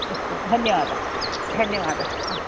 अस्तु धन्यवादः धन्यवादः आम्